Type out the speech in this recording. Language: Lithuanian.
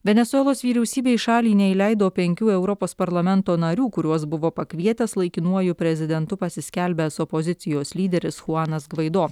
venesuelos vyriausybė į šalį neįleido penkių europos parlamento narių kuriuos buvo pakvietęs laikinuoju prezidentu pasiskelbęs opozicijos lyderis chuanas gvaido